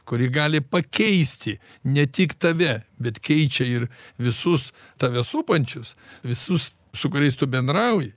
kuri gali pakeisti ne tik tave bet keičia ir visus tave supančius visus su kuriais tu bendrauji